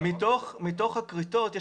מתוך הכריתות,